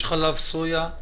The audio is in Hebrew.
יש חלב סויה,